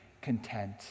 content